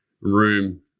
room